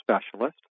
specialist